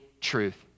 truth